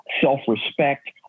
self-respect